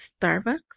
Starbucks